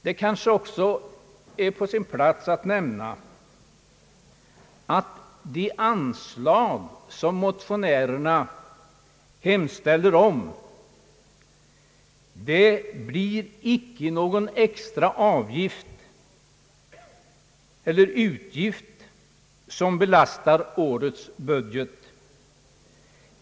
Det kanske också är på sin plats att nämna att det anslag som motionärerna hemställer om icke skulle medföra att någon extra utgift skulle belasta årets budget.